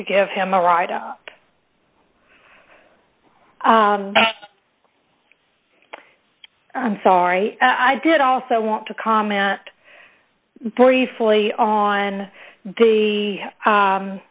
to give him a ride up i'm sorry i did also want to comment briefly on the